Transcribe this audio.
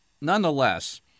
nonetheless